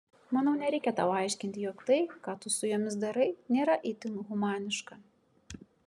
manau nereikia tau aiškinti jog tai ką tu su jomis darai nėra itin humaniška